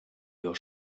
your